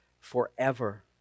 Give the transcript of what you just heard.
forever